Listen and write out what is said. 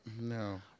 No